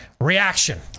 Reaction